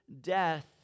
death